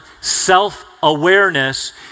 self-awareness